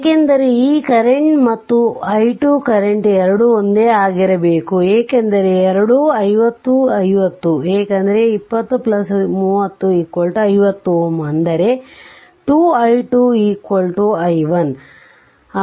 ಏಕೆಂದರೆ ಈ ಕರೆಂಟ್ ಮತ್ತು i2 ಕರೆಂಟ್ ಎರಡೂ ಒಂದೇ ಆಗಿರಬೇಕು ಏಕೆಂದರೆ ಎರಡೂ 50 50 ಏಕೆಂದರೆ 2030 50 Ω ಅಂದರೆ 2 i2 i1